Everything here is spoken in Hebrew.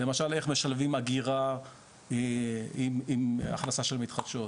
למשל כיצד משלבים אגירה עם הכנסה של מתחדשות,